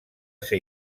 ser